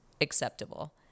acceptable